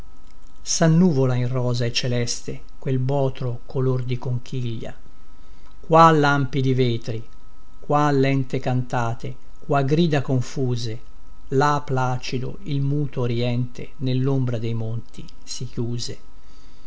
vermiglia sannuvola in rosa e celeste quel botro color di conchiglia qua lampi di vetri qua lente cantate qua grida confuse là placido il muto orïente nellombra dei monti si chiuse